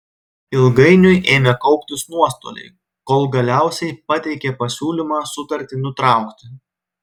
ilgainiui ėmė kauptis nuostoliai kol galiausiai pateikė pasiūlymą sutartį nutraukti